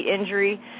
injury